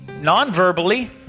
non-verbally